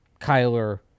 kyler